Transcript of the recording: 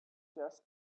just